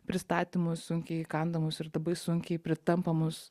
pristatymus sunkiai įkandamus ir labai sunkiai pritampamus